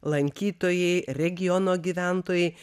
lankytojai regiono gyventojai